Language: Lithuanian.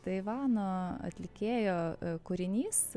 taivano atlikėjo kūrinys